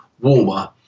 warmer